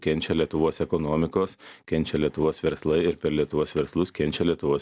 kenčia lietuvos ekonomikos kenčia lietuvos verslai ir per lietuvos verslus kenčia lietuvos